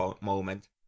moment